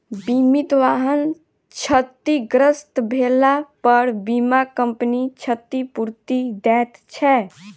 बीमित वाहन क्षतिग्रस्त भेलापर बीमा कम्पनी क्षतिपूर्ति दैत छै